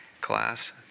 class